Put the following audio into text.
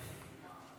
רוטמן,